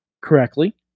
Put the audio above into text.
correctly